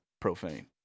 profane